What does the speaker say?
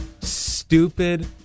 stupid